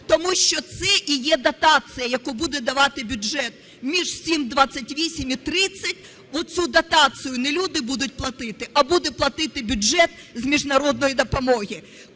Тому що це і є дотація, яку буде давати бюджет між 7,28 і 30. Оцю дотацію не люди будуть платити, а буде платити бюджет з міжнародної допомоги.